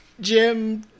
Jim